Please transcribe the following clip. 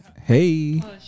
Hey